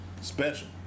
special